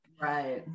Right